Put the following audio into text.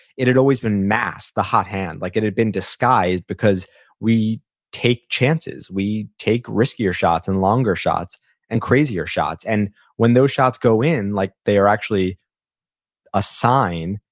it had always been masked, the hot hand. like it had been disguised because we take chances, we take riskier shots and longer shots and crazier shots. and when those shots go in, like they are actually a sign.